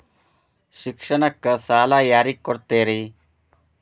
ಶಿಕ್ಷಣಕ್ಕ ಸಾಲ ಯಾರಿಗೆ ಕೊಡ್ತೇರಿ?